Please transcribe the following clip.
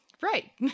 Right